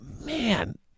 man